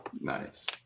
Nice